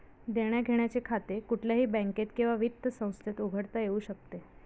देण्याघेण्याचे खाते कुठल्याही बँकेत किंवा वित्त संस्थेत उघडता येऊ शकते